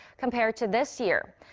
compared to this year.